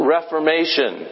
Reformation